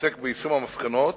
עוסק ביישום המסקנות,